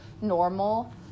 normal